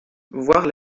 voir